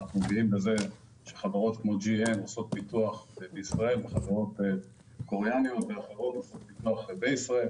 אנחנו גאים שחברות כמו GM וחברות קוריאניות ואחרות עושות פיתוח בישראל.